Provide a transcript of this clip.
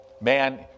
Man